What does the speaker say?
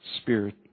spirit